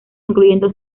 incluyendo